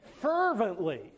fervently